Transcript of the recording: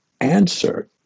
Answer